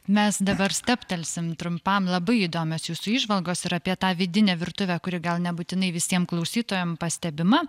mes dabar stabtelsim trumpam labai įdomios jūsų įžvalgos ir apie tą vidinę virtuvę kuri gal nebūtinai visiem klausytojam pastebima